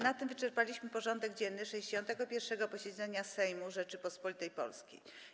Na tym wyczerpaliśmy porządek dzienny 61. posiedzenia Sejmu Rzeczypospolitej Polskiej.